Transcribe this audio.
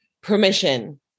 permission